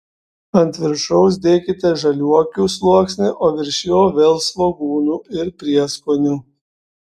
ant viršaus dėkite žaliuokių sluoksnį o virš jo vėl svogūnų ir prieskonių